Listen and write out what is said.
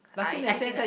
I I as in